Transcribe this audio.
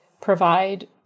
provide